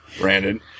Brandon